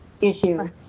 issue